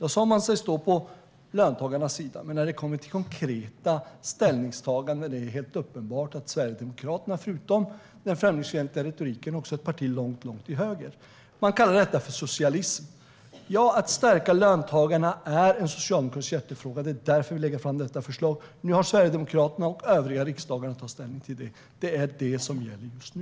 Då sa man sig stå på löntagarnas sida. Men när det kommer till konkreta ställningstaganden är det helt uppenbart att Sverigedemokraterna, förutom den främlingsfientliga retoriken, också är ett parti som står långt till höger. Man kallar detta för socialism. Ja, att stärka löntagarna är en socialdemokratisk hjärtefråga. Det är därför vi lägger fram detta förslag. Nu har Sverigedemokraterna och övriga riksdagen att ta ställning till det. Det är det som gäller just nu.